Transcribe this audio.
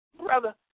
Brother